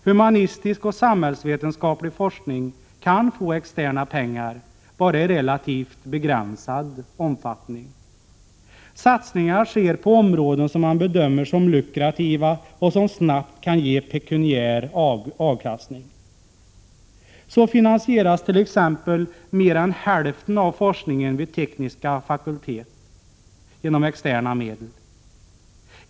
Humanistisk och samhällsvetenskaplig forskning kan få externa pengar bara i relativt begränsad omfattning. Satsningarna sker på områden som man bedömer som lukrativa och som snabbt kan ge pekuniär avkastning. Så finansieras t.ex. mer än hälften av forskningen vid tekniska fakulteter genom externa medel.